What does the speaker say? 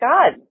God